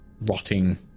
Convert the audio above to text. rotting